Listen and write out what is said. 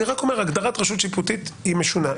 אני רק אומר שהגדרת רשות שיפוטית היא משונה.